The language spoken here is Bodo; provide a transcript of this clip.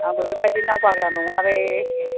आंबो बेबादि नाव बारग्रा नङालै